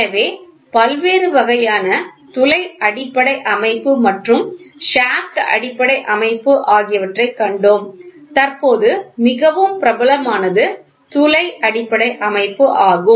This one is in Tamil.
எனவே பல்வேறு வகையான துளை அடிப்படை அமைப்பு மற்றும் ஷாஃப்ட் அடிப்படை அமைப்பு ஆகியவற்றைக் கண்டோம் தற்போது மிகவும் பிரபலமானது துளை அடிப்படை அமைப்பு ஆகும்